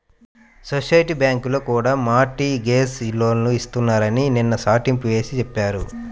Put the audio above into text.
society బ్యాంకుల్లో కూడా mortgage లోన్లు ఇస్తున్నారని నిన్న చాటింపు వేసి చెప్పారు